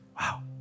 Wow